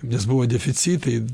nes buvo deficitai